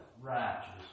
righteous